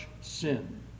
sin